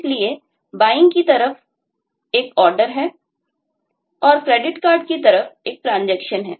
इसलिए buying की तरफ एक Order है और क्रेडिट कार्ड की तरफ एक Transaction होता है